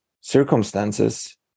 circumstances